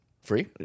Free